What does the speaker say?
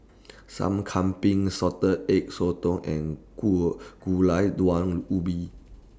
Sup Kambing Salted Egg Sotong and Gu Gulai Daun Ubi